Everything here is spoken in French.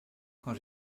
quand